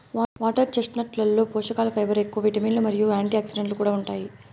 water చెస్ట్నట్లలో పోషకలు fibre ఎక్కువ, విటమిన్లు మరియు యాంటీఆక్సిడెంట్లు కూడా ఉంటాయి